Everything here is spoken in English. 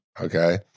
okay